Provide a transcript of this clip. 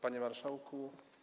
Panie Marszałku!